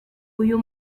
uyu